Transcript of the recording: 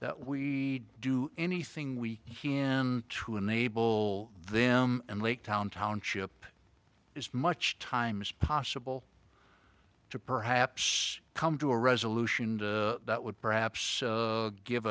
that we do anything we can to enable them and lake town township as much time as possible to perhaps come to a resolution that would perhaps give